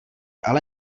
ale